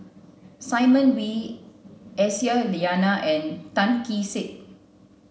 Simon Wee Aisyah Lyana and Tan Kee Sek